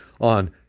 on